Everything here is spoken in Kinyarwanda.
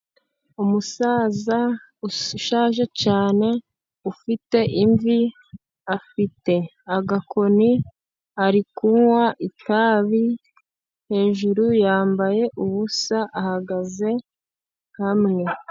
Umusaza ushaje cyane ufite imvi afite agakoni ari kunywa itabi, hejuru yambaye ubusa ahagaze hamwe.